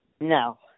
No